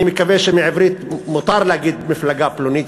אני מקווה שבעברית מותר להגיד "מפלגה פלונית",